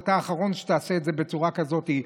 אתה האחרון שתעשה את זה בצורה כזאת.